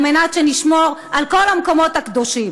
כדי שנשמור על כל המקומות הקדושים.